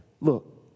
look